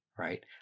right